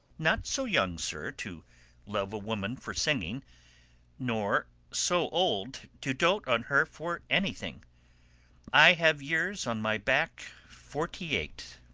not so young, sir, to love a woman for singing nor so old to dote on her for anything i have years on my back forty-eight.